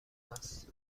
است